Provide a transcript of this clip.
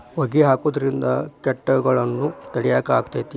ಹೊಗಿ ಹಾಕುದ್ರಿಂದ ಕೇಟಗೊಳ್ನ ತಡಿಯಾಕ ಆಕ್ಕೆತಿ?